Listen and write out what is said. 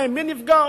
מי נפגע?